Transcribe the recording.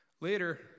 Later